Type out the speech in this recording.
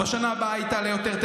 ובשנה הבאה היא תעלה יותר,